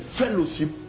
fellowship